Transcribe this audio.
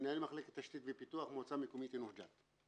מנהל מחלקת תשתית ופיתוח, מועצה מקומית יאנוח-ג'ת.